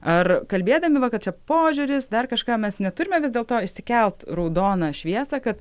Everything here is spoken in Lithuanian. ar kalbėdami va kad čia požiūris dar kažką mes neturime vis dėlto išsikelt raudoną šviesą kad